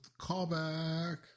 callback